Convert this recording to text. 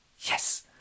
Yes